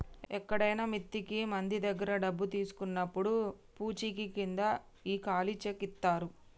ఎక్కడైనా మిత్తికి మంది దగ్గర డబ్బు తీసుకున్నప్పుడు పూచీకింద ఈ ఖాళీ చెక్ ఇత్తారు